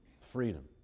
freedom